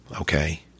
okay